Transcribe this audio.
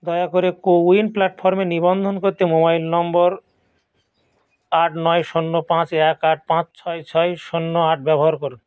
দয়া করে CoWIN প্ল্যাটফর্মে নিবন্ধন করতে মোবাইল নম্বর আট নয় শূন্য পাঁচ এক আট পাঁচ ছয় ছয় শূন্য আট ব্যবহার করুন